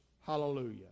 Hallelujah